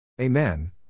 Amen